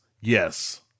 Yes